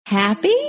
Happy